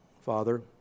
Father